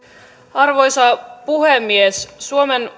arvoisa puhemies suomen